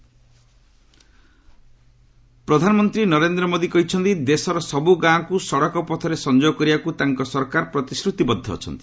PM Kerala ପ୍ରଧାନମନ୍ତ୍ରୀ ନରେନ୍ଦ୍ର ମୋଦି କହିଛନ୍ତି ଦେଶର ସବୁ ଗାଁକୁ ସଡ଼କ ପଥରେ ସଂଯୋଗ କରିବାକୃ ତାଙ୍କ ସରକାର ପ୍ରତିଶ୍ରତିବଦ୍ଧ ଅଛନ୍ତି